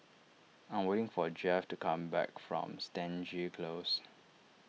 I am waiting for Jeffie to come back from Stangee Close